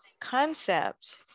concept